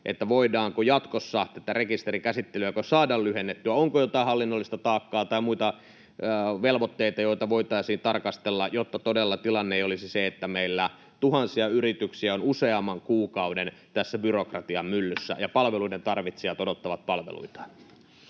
Voidaanko jatkossa näitä rekisterin käsittelyaikoja saada lyhennettyä? Onko jotain hallinnollista taakkaa tai muita velvoitteita, joita voitaisiin tarkastella, jotta todella tilanne ei olisi se, että meillä tuhansia yrityksiä on useamman kuukauden tässä byrokratiamyllyssä ja palveluiden tarvitsijat odottavat palveluita?